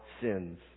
sins